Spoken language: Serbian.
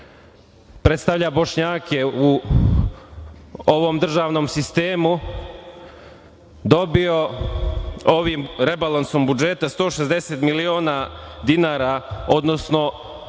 predstavlja Bošnjake u ovom državnom sistemu, dobio ovim rebalansom budžeta 160 miliona dinara, odnosno